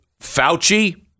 Fauci